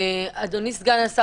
אדוני סגן השר,